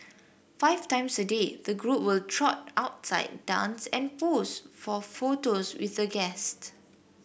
five times a day the group will trot outside dance and pose for photos with the guest